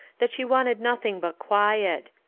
that she wanted nothing but quiet.